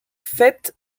fêtes